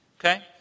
Okay